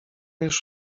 już